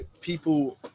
people